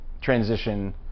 transition